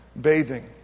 bathing